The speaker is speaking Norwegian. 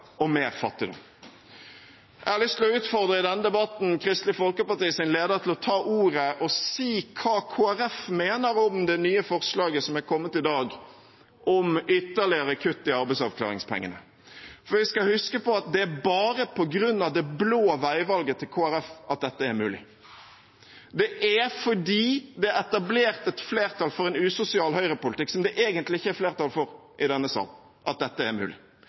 mer fattigdom. Jeg har lyst til å utfordre Kristelig Folkepartis leder til å ta ordet i denne debatten og si hva Kristelig Folkeparti mener om det nye forslaget som er kommet i dag om ytterligere kutt i arbeidsavklaringspengene. For vi skal huske på at det er bare på grunn av det blå veivalget til Kristelig Folkeparti dette er mulig. Det er fordi det er etablert et flertall for en usosial høyrepolitikk som det egentlig ikke er flertall for i denne sal, dette er mulig.